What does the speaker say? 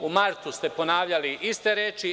U martu ste ponavljali iste reči.